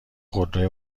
خودروی